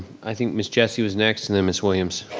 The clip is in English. i think ms. jessie was next and then ms. williams.